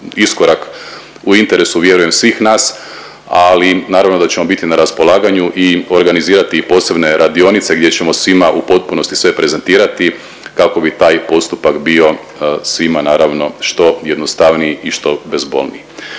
iskorak u interesu vjerujem svih nas, ali naravno da ćemo biti na raspolaganju i organizirati posebne radionice gdje ćemo svima u potpunosti sve prezentirati kako bi taj postupak bio svima naravno što jednostavniji i što bezbolniji.